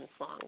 long